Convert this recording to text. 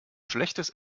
schlechtes